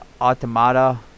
Automata